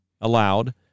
allowed